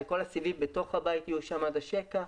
כל הסיבים בתוך הבית יהיו עד השקע.